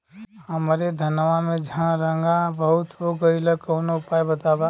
हमरे धनवा में झंरगा बहुत हो गईलह कवनो उपाय बतावा?